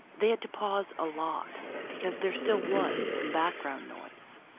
they had to pause a lot because there still was some background noise.